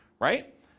right